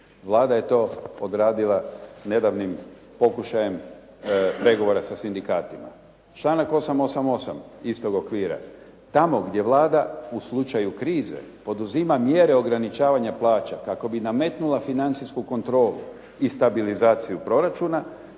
Vlada je to odradila nedavnim pokušajem pregovora sa sindikatima. Članak 888. istog okvira: "Tamo gdje Vlada u slučaju krize poduzima mjere ograničavanja plaća kako bi nametnula financijsku kontrolu i stabilizaciju proračuna